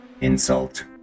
Insult